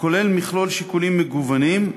עם מכלול שיקולים מגוונים,